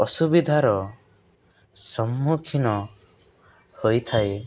ଅସୁବିଧାର ସମ୍ମୁଖୀନ ହୋଇଥାଏ